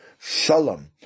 Shalom